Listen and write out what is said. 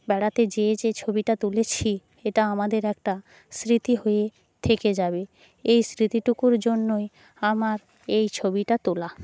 বেড়াতে যেয়ে যে ছবিটা তুলেছি এটা আমাদের একটা স্মৃতি হয়ে থেকে যাবে এই স্মৃতিটুকুর জন্যই আমার এই ছবিটা তোলা